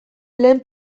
lehen